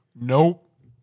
Nope